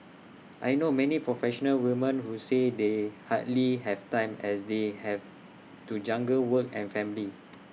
I know many professional woman who say they hardly have time as they have to juggle work and family